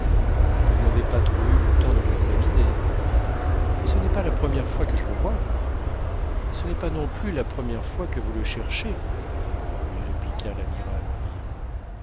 vous n'avez pas trop eu le temps de l'examiner mais ce n'est pas la première fois que je le vois et ce n'est pas non plus la première fois que vous le cherchez lui répliqua l'amiral en riant